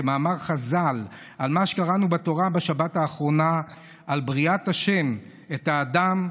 כמאמר חז"ל על מה שקראנו בתורה בשבת האחרונה על בריאת השם את האדם,